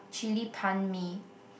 Chili Pan-Mee